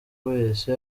wese